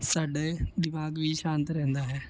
ਸਾਡੇ ਇਹ ਦਿਮਾਗ ਵੀ ਸ਼ਾਂਤ ਰਹਿੰਦਾ ਹੈ